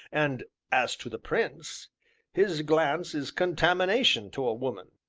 and as to the prince his glance is contamination to a woman.